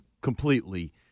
completely